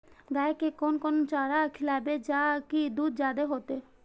गाय के कोन कोन चारा खिलाबे जा की दूध जादे होते?